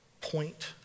point